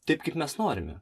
taip kaip mes norime